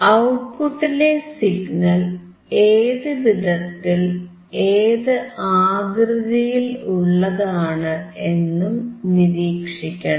ഔട്ട്പുട്ടിലെ signal ഏതു വിധത്തിൽ ഏത് ആകൃതിയിൽ ഉള്ളതാണ് എന്നതും നിരീക്ഷിക്കണം